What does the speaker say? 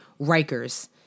Rikers